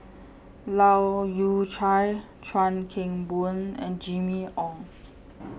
Leu Yew Chye Chuan Keng Boon and Jimmy Ong